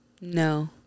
No